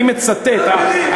אני מצטט,